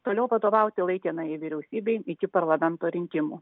toliau vadovauti laikinajai vyriausybei iki parlamento rinkimų